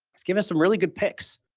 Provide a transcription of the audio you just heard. he's given us some really good picks.